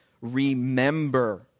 remember